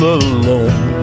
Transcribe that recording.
alone